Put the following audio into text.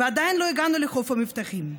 ועדיין לא הגענו לחוף המבטחים.